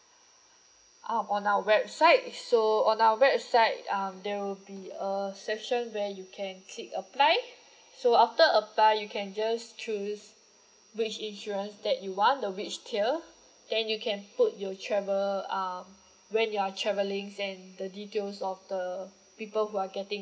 um on our website so on our website um there will be a section where you can click apply so after apply you can just choose which insurance that you want the which tier then you can put your travel um when you are travelling and the details of the people who are getting